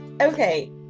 Okay